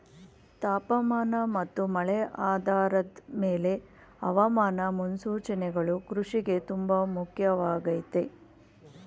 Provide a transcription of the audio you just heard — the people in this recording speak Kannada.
ತಾಪಮಾನ ಮತ್ತು ಮಳೆ ಆಧಾರದ್ ಮೇಲೆ ಹವಾಮಾನ ಮುನ್ಸೂಚನೆಗಳು ಕೃಷಿಗೆ ತುಂಬ ಮುಖ್ಯವಾಗಯ್ತೆ